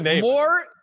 more